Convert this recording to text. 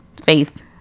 Faith